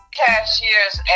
cashiers